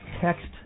text